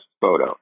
photo